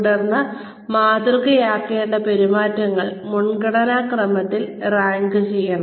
തുടർന്ന് മാതൃകയാക്കേണ്ട പെരുമാറ്റങ്ങൾ മുൻഗണനാ ക്രമത്തിൽ റാങ്ക് ചെയ്യണം